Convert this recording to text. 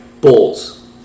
Bowls